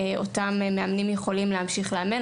אותם מאמנים יכולים להמשיך לאמן.